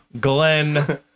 Glenn